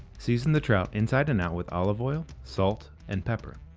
season the trout inside and out with olive oil, salt and pepper.